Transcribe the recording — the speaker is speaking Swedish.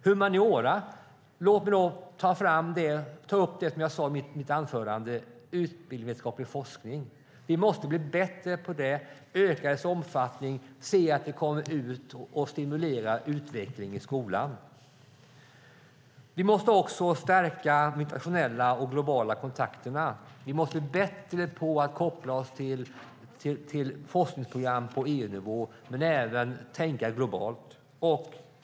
Humaniora: Låt mig ta upp det som jag sade i mitt anförande om utbildningsvetenskaplig forskning. Vi måste bli bättre på det, öka omfattningen, se till att det kommer ut och stimulera utveckling i skolan. Vi måste också stärka de internationella och globala kontakterna. Vi måste bli bättre på att koppla oss till forskningsprogram på EU-nivå men även tänka globalt.